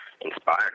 inspired